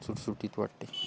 सुटसुटीत वाटते